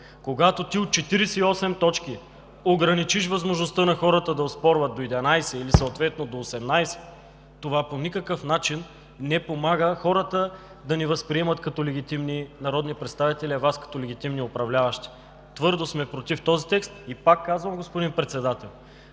Когато ти от 48 точки ограничиш възможността на хората да оспорват до 11 или съответно до 18, това по никакъв начин не помага хората да ни възприемат като легитимни народни представители, а Вас като легитимни управляващи. Твърдо сме против този текст и, пак казвам, господин Председател,